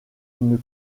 une